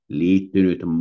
liittynyt